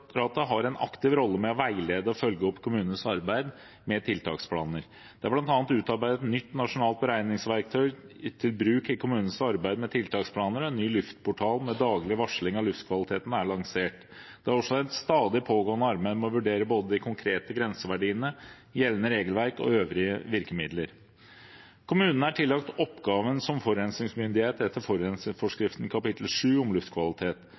har tatt en aktiv rolle med å veilede og følge opp kommunenes arbeid med tiltaksplaner. Det er bl.a. utarbeidet et nytt nasjonalt beregningsverktøy til bruk i kommunenes arbeid med tiltaksplaner, og en ny luftportal med daglig varsling av luftkvaliteten er lansert. Det er også et stadig pågående arbeid med å vurdere både de konkrete grenseverdiene, gjeldende regelverk og øvrige virkemidler. Kommunene er tillagt oppgaven som forurensningsmyndighet etter forurensningsforskriftens kapittel 7 om luftkvalitet.